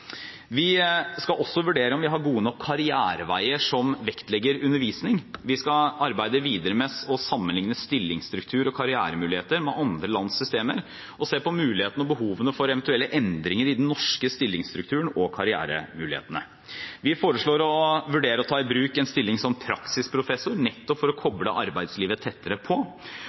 Vi skal også vurdere om vi har gode nok karriereveier som vektlegger undervisning. Vi skal arbeide videre med å sammenligne stillingsstruktur og karrieremuligheter med andre lands systemer og se på muligheten og behovene for eventuelle endringer i den norske stillingsstrukturen og i karrieremulighetene. Vi foreslår å vurdere å ta i bruk en stilling som praksisprofessor, nettopp for å koble arbeidslivet tettere på,